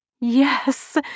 Yes